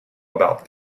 about